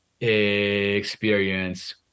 experience